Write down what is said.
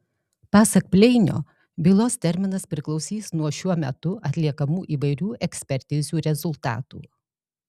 pasak pleinio bylos terminas priklausys nuo šiuo metu atliekamų įvairių ekspertizių rezultatų